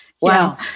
Wow